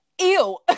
Ew